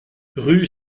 rue